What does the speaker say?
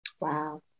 wow